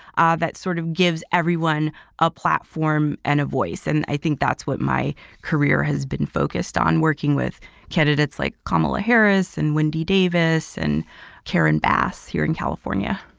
ah that sort of gives everyone a platform and a voice. and i think that's what my career has been focused on working with candidates like kamala harris and wendy davis and karen bass here in california.